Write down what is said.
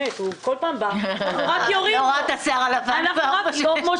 משה כל פעם בא ואנחנו רק יורים בו.